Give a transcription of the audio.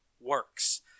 works